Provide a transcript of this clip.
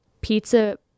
pizza